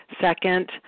Second